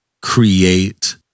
create